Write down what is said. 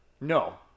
no